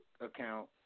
account